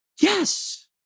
Yes